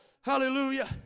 Hallelujah